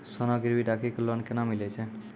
सोना गिरवी राखी कऽ लोन केना मिलै छै?